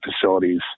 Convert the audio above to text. facilities